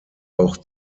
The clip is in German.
auch